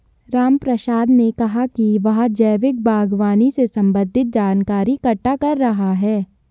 रामप्रसाद ने कहा कि वह जैविक बागवानी से संबंधित जानकारी इकट्ठा कर रहा है